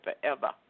forever